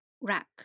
rack